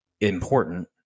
important